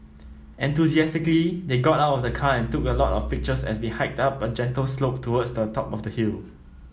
enthusiastically they got out of the car and took a lot of pictures as they hiked up a gentle slope towards the top of the hill